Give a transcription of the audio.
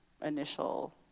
initial